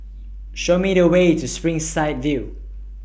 Show Me The Way to Springside View